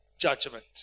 judgment